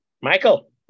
Michael